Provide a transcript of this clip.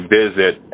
visit